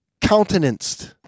countenanced